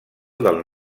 del